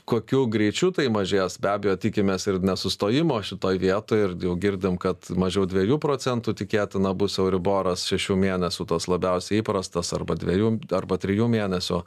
kokiu greičiu tai mažės be abejo tikimės ir nesustojimo šitoj vietoj ir jau girdim kad mažiau dviejų procentų tikėtina bus euriboras šešių mėnesių tos labiausiai įprastas arba dviejų arba trijų mėnesių